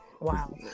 wow